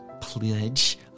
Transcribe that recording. pledge